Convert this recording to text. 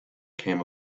came